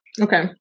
okay